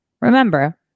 remember